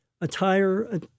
Attire